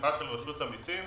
ובתמיכת רשות המיסים